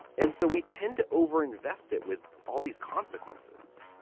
and so we tend to overinvest it with all these consequences.